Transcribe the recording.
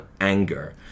anger